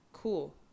Cool